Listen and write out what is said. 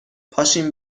پاشیم